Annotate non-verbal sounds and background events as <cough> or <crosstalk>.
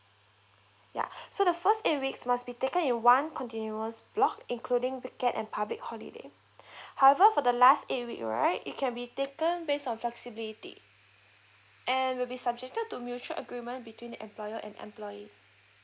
ya <breath> so the first eight weeks must be taken in one continuous block including weekend and public holiday <breath> however for the last eight week right it can be taken based on flexibility and will be subjected to mutual agreement between employer and employee